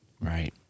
right